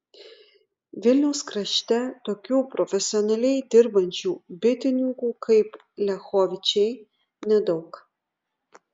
vilniaus krašte tokių profesionaliai dirbančių bitininkų kaip liachovičiai nedaug